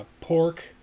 pork